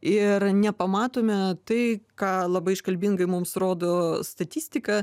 ir nepamatome tai ką labai iškalbingai mums rodo statistika